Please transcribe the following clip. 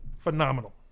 phenomenal